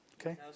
Okay